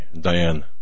Diane